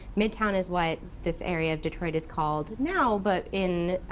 midtown is what this area of detroit is called now, but in